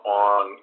on